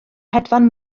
hedfan